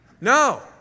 No